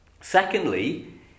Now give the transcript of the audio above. Secondly